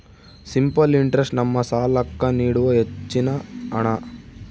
simple interest ನಮ್ಮ ಸಾಲ್ಲಾಕ್ಕ ನೀಡುವ ಹೆಚ್ಚಿನ ಹಣ್ಣ